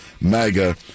MAGA